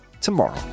tomorrow